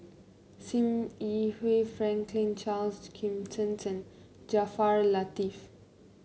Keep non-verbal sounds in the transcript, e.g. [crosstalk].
Sim Yi Hui Franklin Charles Gimson [unintelligible] Jaafar Latiff